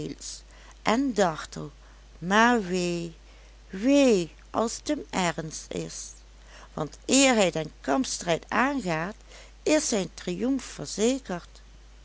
en dartel maar wee wee als het hem ernst is want eer hij den kampstrijd aangaat is zijn triumf verzekerd